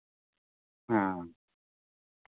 हँ